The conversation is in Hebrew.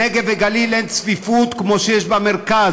בנגב ובגליל אין צפיפות כמו שיש במרכז.